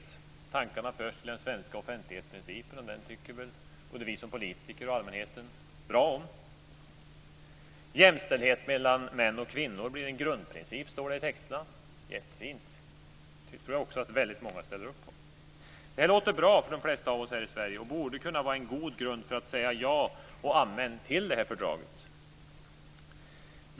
Tankarna går till den svenska offentlighetsprincipen, och den tycker väl både vi som politiker och allmänheten bra om. Jämställdhet mellan män och kvinnor blir en grundprincip, står det i texterna. Det är jättefint. Det tror jag också att väldigt många ställer upp på. Det här låter bra för de flesta av oss här i Sverige, och det borde kunna vara en god grund för att säga ja och amen till fördraget.